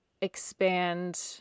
expand